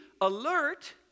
alert